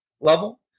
level